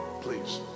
Please